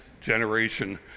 generation